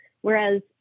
Whereas